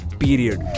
period